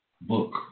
book